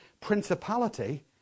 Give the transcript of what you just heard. principality